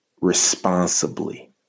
responsibly